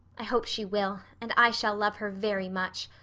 i hope she will, and i shall love her very much.